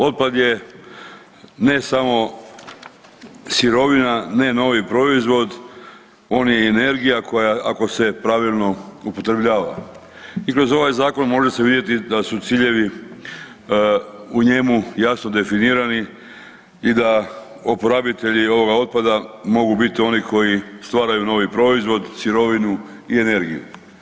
Otpad je ne samo sirovina, ne novi proizvod, on je i energija koja ako se pravilno upotrebljava i kroz ovaj zakon može se vidjeti da su ciljevi u njemu jasno definirani i da oporabitelji ovoga otpada mogu biti oni koji stvaraju novi proizvod, sirovinu i energiju.